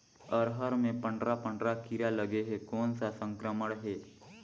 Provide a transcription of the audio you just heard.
अरहर मे पंडरा पंडरा कीरा लगे हे कौन सा संक्रमण हे?